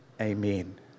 amen